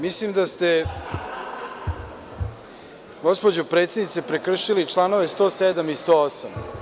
Mislim da ste gospođo predsednice prekršili članove 107. i 108.